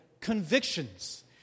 convictions